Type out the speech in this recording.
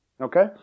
okay